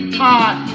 hot